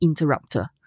interrupter